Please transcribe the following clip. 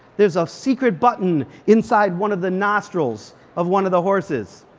there's a secret button inside one of the nostrils of one of the horses.